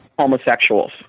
Homosexuals